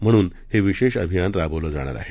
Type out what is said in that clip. म्हणून हे विशेष अभियान राबवलं जाणार आहे